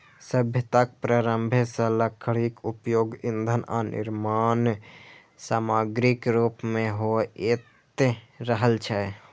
सभ्यताक प्रारंभे सं लकड़ीक उपयोग ईंधन आ निर्माण समाग्रीक रूप मे होइत रहल छै